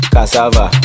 Cassava